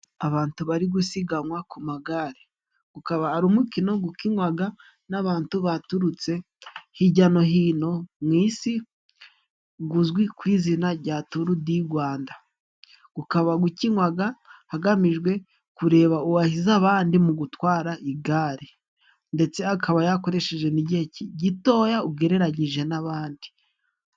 Abantu bari gusiganwa ku magare, ukaba ari umukino gukinwaga n'abantu baturutse hijya no hino mu isi, guzwi ku izina rya Turudigwanda, ukaba gukinwaga hagamijwe kureba uwahize abandi mu gutwara igare ndetse akaba yakoresheje n'igihe gitoya ugereranyije n'abandi.